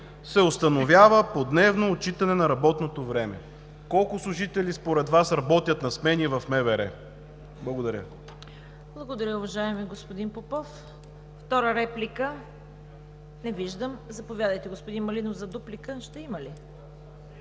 се установява подневно отчитане на работното време“. Колко служители според Вас работят на смени в МВР? Благодаря. ПРЕДСЕДАТЕЛ ЦВЕТА КАРАЯНЧЕВА: Благодаря, уважаеми господин Попов. Втора реплика? Не виждам. Заповядайте, господин Малинов, за дуплика. Ще има ли?